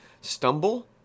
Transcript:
stumble